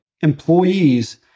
employees